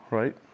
right